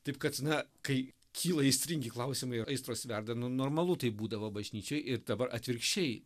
taip kad na kai kyla aistringi klausimaiar aistros verda nu normalu taip būdavo bažnyčioj ir dabar atvirkščiai